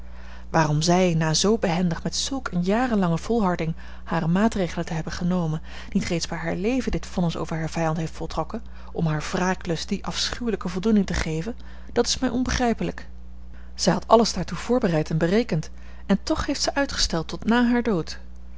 waarom zij na zoo behendig met zulk eene jarenlange volharding hare maatregelen te hebben genomen niet reeds bij haar leven dit vonnis over haar vijand heeft voltrokken om hare wraaklust die afschuwelijke voldoening te geven dat is mij onbegrijpelijk zij had alles daartoe voorbereid en berekend en toch heeft zij uitgesteld tot nà haar dood